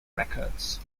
records